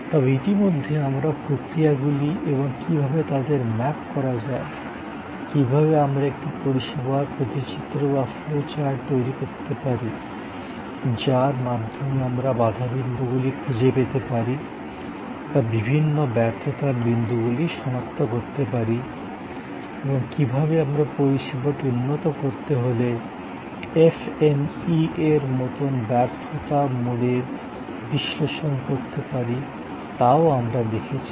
তবে ইতিমধ্যে আমরা প্রক্রিয়াগুলি এবং কীভাবে তাদের ম্যাপ করা যায় কীভাবে আমরা একটি পরিষেবার প্রতিচিত্র বা ফ্লো চার্ট তৈরি করতে পারি যার মাধ্যমে আমরা বাধাবিন্দুগুলি খুঁজে পেতে পারি বা বিভিন্ন ব্যর্থতার বিন্দুগুলি সনাক্ত করতে পারি এবং কীভাবে আমরা পরিষেবাটি উন্নত করতে হলে FMEA'র মতন ব্যর্থতা মোডের বিশ্লেষণ করতে পারি তাও আমরা দেখেছি